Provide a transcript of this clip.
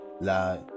Lie